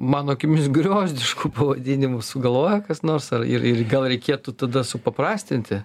mano akimis griozdiškų pavadinimų sugalvoja kas nors ar ir ir gal reikėtų tada supaprastinti